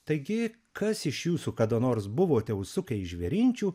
taigi kas iš jūsų kada nors buvote užsukę į žvėrinčių